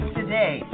today